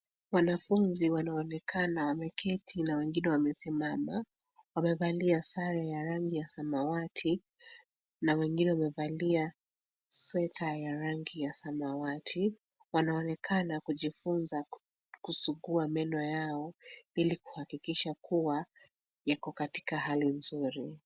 Wanafunzi wanaonekana wameketi na wengine wamesimama. Wamevalia sare ya rangi ya samawati na wengine wamevalia sweta ya rangi ya samawati. Wanaonekana kujifunza kusugua meno yao ili kuhakikisha kua yako katika hali nzuri.